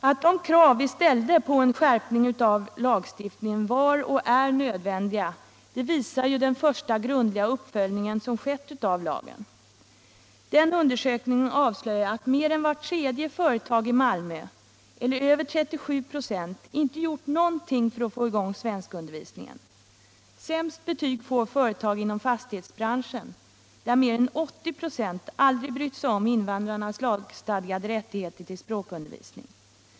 Att de krav vi ställde på en skärpning av lagstiftningen var och är nödvändiga visar den första grundliga uppföljning av lagen som skett. Den undersökningen avslöjar att mer än vart tredje företag i Malmö, eller över 37 96, inte gjort någonting för att få i gång svenskundervisningen. Det sämsta betyget får företagen inom fastighetsbranschen, där mer än 80 94 aldrig brytt sig om invandrarnas lagstadgade rättigheter till språkundervisning.